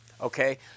Okay